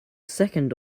second